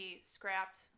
scrapped